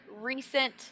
recent